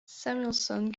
samuelson